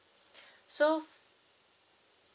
so